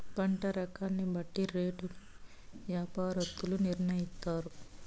పంట రకాన్ని బట్టి రేటును యాపారత్తులు నిర్ణయిత్తారు